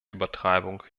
übertreibung